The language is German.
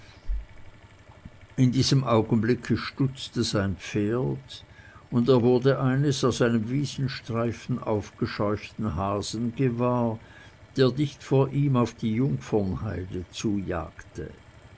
in diesem augenblicke stutzte sein pferd und er wurde eines aus einem wiesenstreifen aufgescheuchten hasen gewahr der dicht vor ihm auf die jungfernheide zujagte